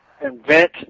invent